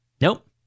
Nope